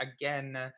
again